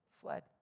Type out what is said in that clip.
fled